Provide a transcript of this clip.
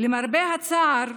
למרבה הצער,